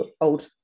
old